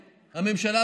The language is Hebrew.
יש פה מעל 20,